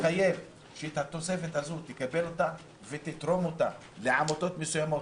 תתחייב שאת התוספת הזאת היא תקבל ותתרום לעמותות מסוימות,